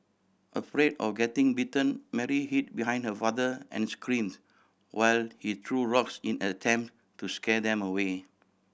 afraid of getting bitten Mary hid behind her father and screamed while he threw rocks in an attempt to scare them away